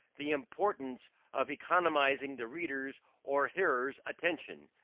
the importance of economizing the reader's or hearer's attention,